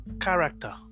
character